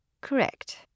Correct